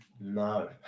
no